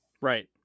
Right